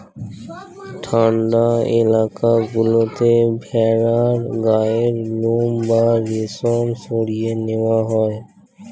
ঠান্ডা এলাকা গুলোতে ভেড়ার গায়ের লোম বা রেশম সরিয়ে নেওয়া হয়